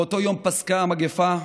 באותו יום פסקה המגפה,